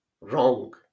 wrong